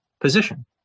position